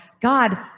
God